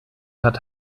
hat